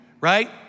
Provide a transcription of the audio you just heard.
right